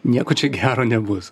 nieko čia gero nebus